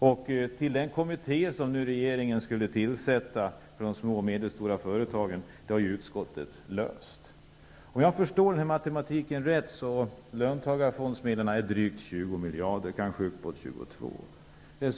Frågan om den kommitté som regeringen skall tillsätta för de små och medelstora företagen har utskottet löst. Om jag förstår denna matematik rätt är löntagarfonsmedlen på drygt 20 miljarder och kanske upp mot 22 miljarder.